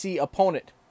opponent